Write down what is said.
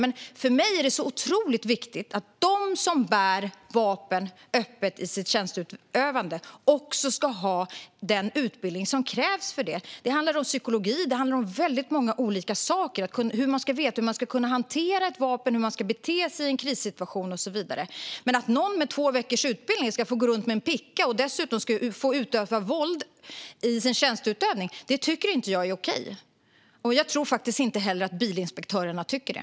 Men för mig är det otroligt viktigt att de som bär vapen öppet i sin tjänsteutövning också ska ha den utbildning som krävs för det. Det handlar om psykologi och mycket annat. Man ska veta hur man ska hantera ett vapen, hur man ska bete sig i en krissituation och så vidare. Men att någon med två veckors utbildning ska få gå runt med en picka och dessutom få utöva våld i tjänsten tycker jag inte är okej. Jag tror faktiskt inte heller att bilinspektörerna tycker det.